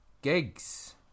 Gigs